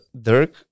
Dirk